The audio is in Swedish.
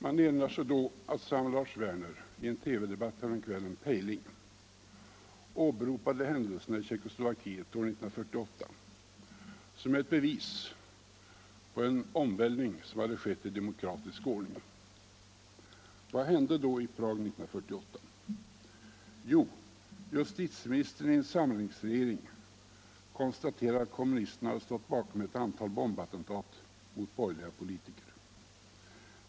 Man erinrar sig då att samme Lars Werner i en TV-debatt häromkvällen —- programmet hette Pejling — åberopade händelserna i Tjeckoslovakien år 1948 som ett bevis på en omvälvning som hade skett i demokratisk ordning. Men vad hände i Prag 1948? Jo, justitieministern i en samlingsregering konstaterade att kommunisterna hade stått bakom ett antal bombattentat mot borgerliga politiker.